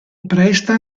presta